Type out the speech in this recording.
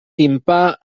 timpà